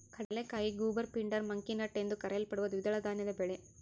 ಕಡಲೆಕಾಯಿ goober pindar monkey nut ಎಂದೂ ಕರೆಯಲ್ಪಡುವ ದ್ವಿದಳ ಧಾನ್ಯದ ಬೆಳೆ